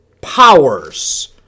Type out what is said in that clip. powers